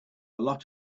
lot